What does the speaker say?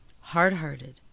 hard-hearted